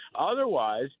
Otherwise